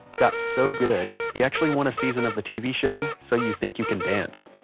got so good, he actually won a season of the tv show so you think you can dance.